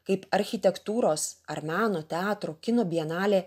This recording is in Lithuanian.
kaip architektūros ar meno teatro kino bienalė